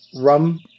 rum